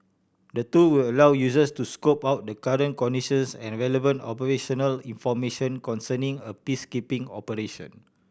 the tool will allow users to scope out the current conditions and relevant operational information concerning a peacekeeping operation